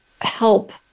help